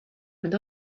and